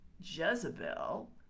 Jezebel